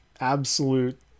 absolute